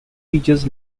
features